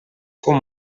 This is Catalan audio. com